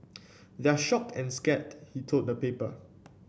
they're shocked and scared he told the paper